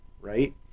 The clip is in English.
right